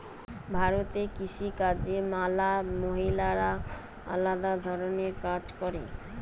ভারতে কৃষি কাজে ম্যালা মহিলারা আলদা ধরণের কাজ করে